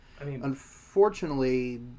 Unfortunately